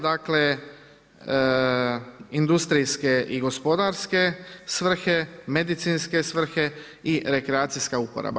Dakle, industrijske i gospodarske svrhe, medicinske svrhe i rekreacijska uporaba.